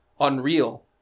unreal